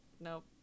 Nope